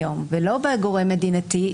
ולא בגורם מדינתי,